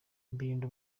birinda